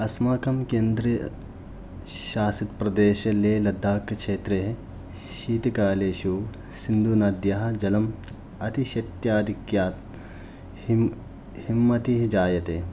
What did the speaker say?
अस्माकं केन्द्रीयशासितप्रदेशे लेह्लद्दाक् क्षेत्रे शीतकालेषु सिन्धुनद्याः जलम् अति शैत्याधिक्यात् हिम् हिम्मतिः जायते